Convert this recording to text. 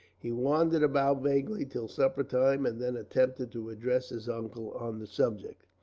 he wandered about vaguely till supper time, and then attempted to address his uncle on the subject.